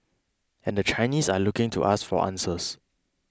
and the Chinese are looking to us for answers